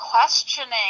questioning